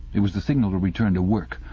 it was the signal to return to work.